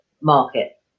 market